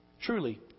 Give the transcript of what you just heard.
Truly